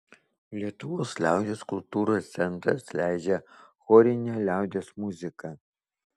lietuvos liaudies kultūros centras leidžia chorinę liaudies muziką